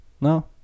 No